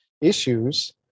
issues